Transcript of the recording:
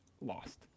lost